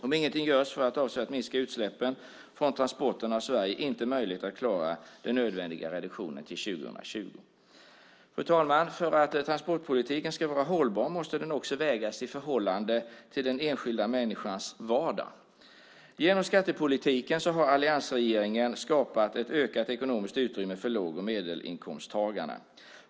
Om ingenting görs för att avsevärt minska utsläppen från transporterna har Sverige inte möjlighet att klara den nödvändiga reduktionen till 2020. Fru talman! För att transportpolitiken ska vara hållbar måste den också vägas i förhållande till den enskilda människans vardag. Genom skattepolitiken har alliansregeringen skapat ett ökat ekonomiskt utrymme för låg och medelinkomsttagarna.